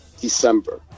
December